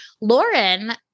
Lauren